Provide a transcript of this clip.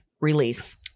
release